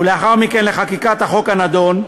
ולאחר מכן לחקיקת החוק הנדון,